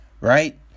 right